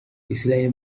israel